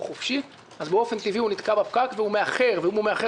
חופשי אז באופן טבעי הוא נתקע בפקק והוא מאחר; ואם הוא מאחר